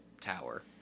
tower